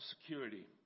security